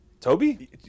Toby